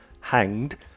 hanged